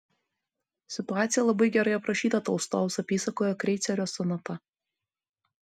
situacija labai gerai aprašyta tolstojaus apysakoje kreicerio sonata